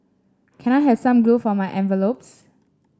can I have some glue for my envelopes